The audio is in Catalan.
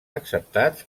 acceptats